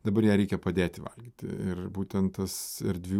dabar ją reikia padėti valgyti ir būtent tas erdvių